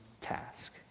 task